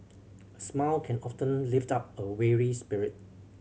a smile can often lift up a weary spirit